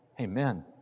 amen